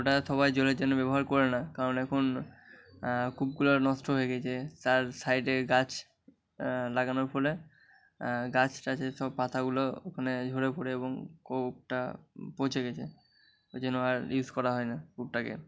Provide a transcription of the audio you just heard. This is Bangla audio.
ওটা সবাই জলের জন্য ব্যবহার করে না কারণ এখন কূপগুলো নষ্ট হয়ে গেছে তার সাইডে গাছ লাগানোর ফলে গাছ টাছের সব পাতাগুলো ওখানে ঝরে পড়ে এবং কূপটা বুজে গেছে ঐজন্য আর ইউস করা হয় না কূপটাকে